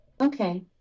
Okay